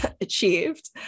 achieved